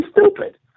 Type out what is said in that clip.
stupid